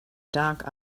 dark